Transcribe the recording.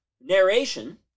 Narration